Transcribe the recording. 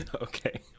okay